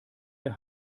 der